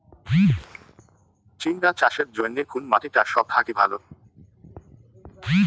ঝিঙ্গা চাষের জইন্যে কুন মাটি টা সব থাকি ভালো?